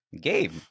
Gabe